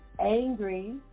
angry